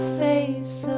face